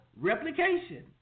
replication